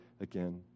again